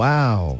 Wow